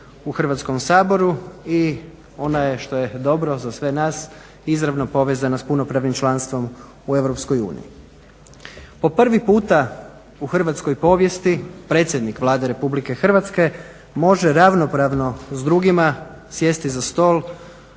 u Hrvatskom saboru i ona je, što je dobro za sve nas, izravno povezana s punopravnim članstvom u Europskoj uniji. Po prvi puta u hrvatskoj povijesti predsjednik Vlade Republike Hrvatske može ravnopravno s drugima sjesti za stol,